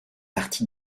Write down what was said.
partie